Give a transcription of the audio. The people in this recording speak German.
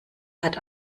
hat